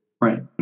Right